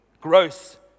gross